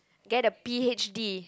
get a P_H_D